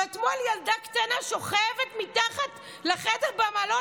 כשאתמול ילדה קטנה שוכבת מתחת לחדר במלון,